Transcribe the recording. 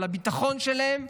על הביטחון שלהם,